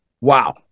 Wow